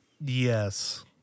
yes